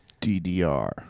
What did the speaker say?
DDR